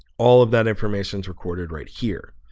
all of that information is recorded right here